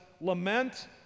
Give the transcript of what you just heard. lament